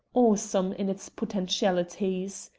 awesome in its potentialities.